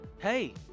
Hey